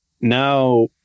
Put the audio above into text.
now